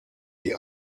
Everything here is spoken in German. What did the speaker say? die